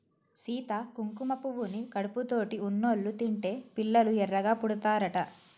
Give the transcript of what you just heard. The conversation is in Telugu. సీత కుంకుమ పువ్వుని కడుపుతోటి ఉన్నోళ్ళు తింటే పిల్లలు ఎర్రగా పుడతారట